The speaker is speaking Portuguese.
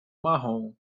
marrom